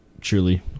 truly